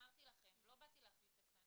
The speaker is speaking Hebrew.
אמרתי לכן, לא באתי להחליף אתכן